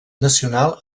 nacional